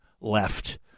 left